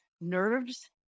nerves